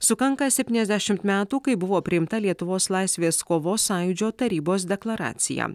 sukanka septyniasdešimt metų kai buvo priimta lietuvos laisvės kovos sąjūdžio tarybos deklaracija